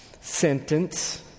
sentence